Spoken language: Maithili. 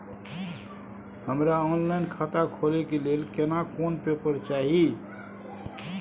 हमरा ऑनलाइन खाता खोले के लेल केना कोन पेपर चाही?